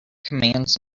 commands